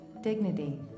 Dignity